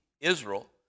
Israel